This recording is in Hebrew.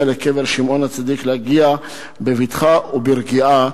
לקבר שמעון הצדיק להגיע בבטחה וברגיעה,